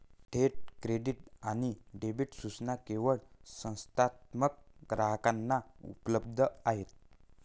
थेट क्रेडिट आणि डेबिट सूचना केवळ संस्थात्मक ग्राहकांना उपलब्ध आहेत